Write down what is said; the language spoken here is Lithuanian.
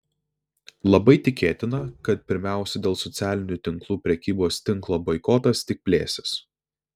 labai tikėtina kad pirmiausia dėl socialinių tinklų prekybos tinklo boikotas tik plėsis